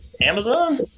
Amazon